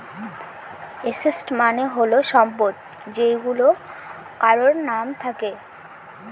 asset মানে হল সম্পদ যেইগুলা কারোর নাম থাকে